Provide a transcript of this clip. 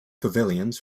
pavilions